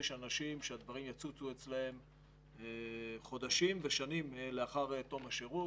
יש אנשים שהדברים יצוצו אצלם חודשים ושנים לאחר תום השירות.